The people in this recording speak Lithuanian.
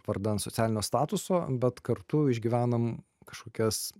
vardan socialinio statuso bet kartu išgyvenam kažkokias